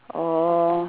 orh